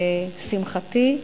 לשמחתי,